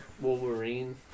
Wolverine